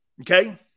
Okay